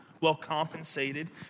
well-compensated